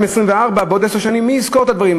ב-2024, בעוד עשר שנים, מי יזכור את הדברים?